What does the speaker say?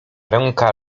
ręka